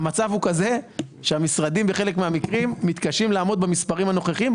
המצב הוא כזה שהמשרדים בחלק מהמקרים מתקשים לעמוד במספרים הנוכחיים,